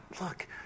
Look